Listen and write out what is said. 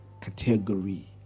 category